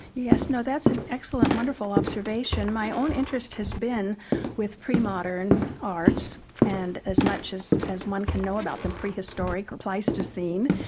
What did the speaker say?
yes, that's an excellent, wonderful observation. my own interest has been with pre-modern arts and, as much as as one can know about them, prehistoric or pleistocene.